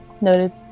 Noted